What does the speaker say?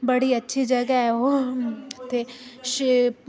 बड़ी अच्छी जगह् ऐ ओह् ते